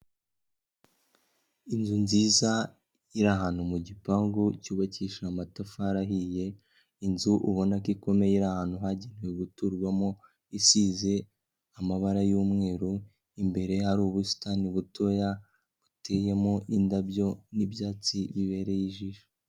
Inzu nziza iri ahantu mu gipangu cyubakisha amatafari ahiye, inzu ubona ko ikomeye iri ahantu hagenewe guturwamo, isize amabara y'umweru; imbere hari ubusitani butoya buteyemo indabyo n'ibyatsi bibereye ijisho.